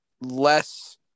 less